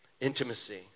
intimacy